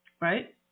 right